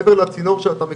מעבר לצינור שאתה מכיר,